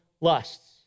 lusts